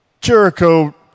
Jericho